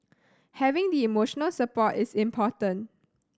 having the emotional support is important